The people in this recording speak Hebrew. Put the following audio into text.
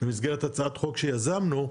במסגרת הצעת חוק שיזמנו,